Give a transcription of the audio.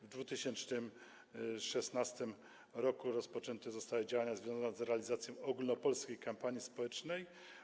W 2016 r. rozpoczęte zostały działania związane z realizacją ogólnopolskiej kampanii społecznej.